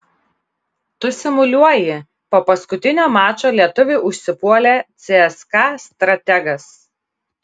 tu simuliuoji po paskutinio mačo lietuvį užsipuolė cska strategas